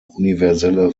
universelle